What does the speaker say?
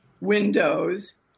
windows